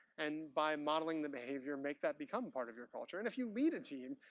and by modeling the behavior, make that become part of your culture. and if you lead a team,